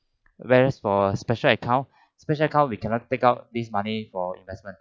various for special account special account we cannot take out these money for investment